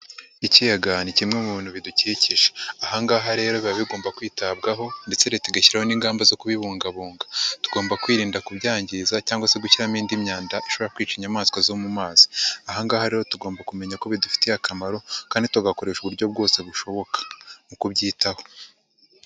Ikiyaga ni kimwe mu bintu bidukikije. Ahangaha rero biba bigomba kwitabwaho ndetse leta igashyiraho n'ingamba zo kubibungabunga. Tugomba kwirinda kubyangiza cyangwa se gushyiramo indi myanda ishobora kwica inyamaswa zo mu mazi. Aha ngaha rero tugomba kumenya ko bidufitiye akamaro kandi tugakoresha uburyo bwose bushoboka. Mu kubyitaho.